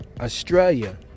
Australia